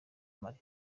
mali